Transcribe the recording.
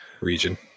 region